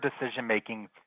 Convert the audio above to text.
decision-making